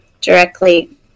directly